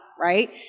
right